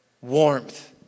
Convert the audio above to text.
warmth